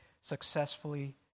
successfully